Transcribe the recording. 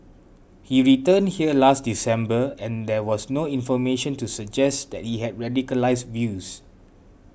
he returned here last December and there was no information to suggest that he had radicalised views